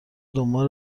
دنبال